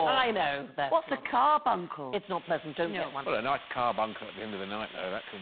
i know that what's a carbuncle it's not pleasant don't get one but a nice carb uncle at the end of the night though that